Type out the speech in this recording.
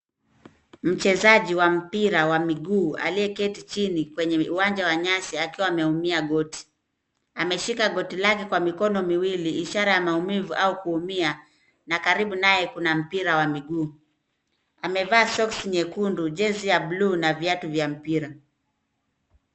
Mchezaji wa mpira wa miguu aliyeketi chini kwenye uwanja wa nyasi akiwa ameumia goti. Ameshika goti lake kwa mikono miwili ishara ya maumivu au kuumia na karibu naye kuna mpira wa miguu. Amevaa soksi nyekundu, jezi ya bluu na viatu vya mpira.